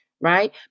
right